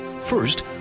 first